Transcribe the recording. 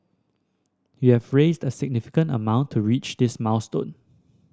we have raised a significant amount to reach this milestone